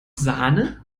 sahne